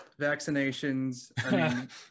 vaccinations